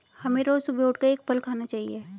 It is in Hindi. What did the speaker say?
हमें रोज सुबह उठकर एक फल खाना चाहिए